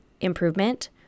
improvement